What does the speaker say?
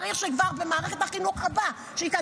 צריך שכבר ייכנסו למערכת החינוך מטפלים